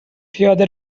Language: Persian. پیاده